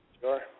Sure